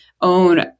own